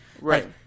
Right